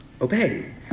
Obey